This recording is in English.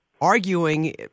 arguing